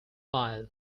mile